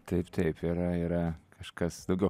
taip taip yra yra kažkas daugiau